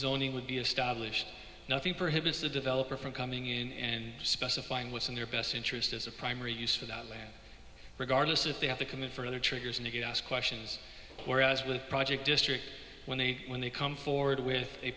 zoning would be established nothing perhaps the developer from coming in and specifying what's in their best interest as a primary use for that land regardless if they have to commit further triggers and again ask questions whereas with a project district when they when they come forward with a